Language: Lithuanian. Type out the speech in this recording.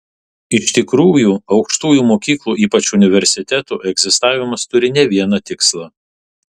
iš tikrųjų aukštųjų mokyklų ypač universitetų egzistavimas turi ne vieną tikslą